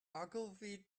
ogilvy